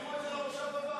שיעבירו את זה למושב הבא.